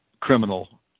criminal